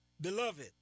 Beloved